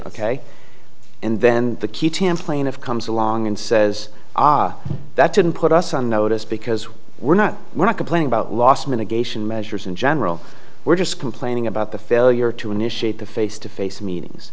ok and then the key plaintiff comes along and says ah that didn't put us on notice because we're not we're not complaining about loss mitigation measures in general we're just complaining about the failure to initiate the face to face meetings